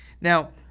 Now